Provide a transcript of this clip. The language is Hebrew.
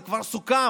זה כבר סוכם,